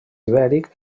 ibèric